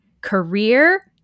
Career